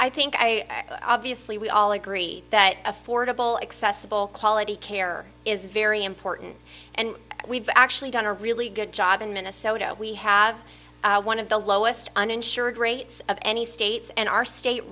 i think i obviously we all agree that affordable accessible quality care is very important and we've actually done a really good job in minnesota we have one of the lowest uninsured rates of any state and our state